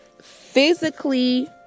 physically